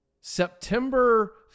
September